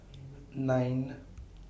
nine